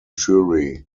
jury